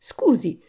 Scusi